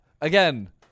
Again